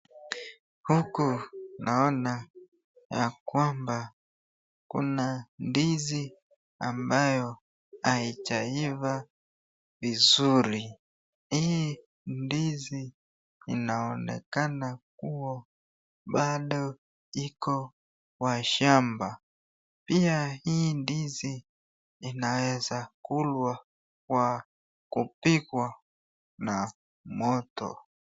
Huku naona ya kwamba kuna ndizi ambayo haijaivaa vizuri, hii ndizi inaonekana kuwa bado iko kwa shamba, pia hii ndizi inaeza kulwa Kwa kupika na moto.